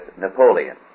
Napoleon